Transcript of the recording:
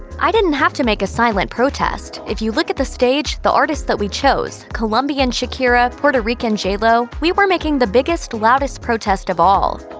i didn't have to make a silent protest. if you look at the stage, the artists that we chose, colombian shakira, puerto rican j lo. we were making the biggest loudest protest of all.